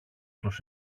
τους